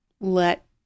let